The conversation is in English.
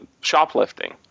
shoplifting